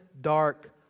dark